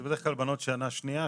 זה בדרך כלל בנות שנה שנייה,